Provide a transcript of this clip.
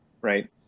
right